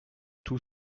tout